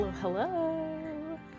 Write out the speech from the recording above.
Hello